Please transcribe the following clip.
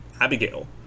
Abigail